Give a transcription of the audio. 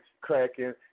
cracking